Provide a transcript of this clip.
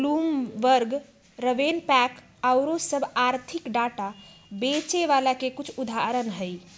Bloomberg, RavenPack आउरो सभ आर्थिक डाटा बेचे बला के कुछ उदाहरण हइ